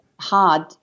hard